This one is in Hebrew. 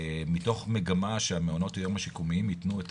מתוך מגמה שהמעונות יום השיקומיים יתנו את